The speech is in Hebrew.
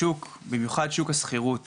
השוק, במיוחד שוק השכירות